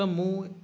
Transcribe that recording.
त मूं